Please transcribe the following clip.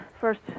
first